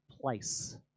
place